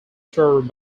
served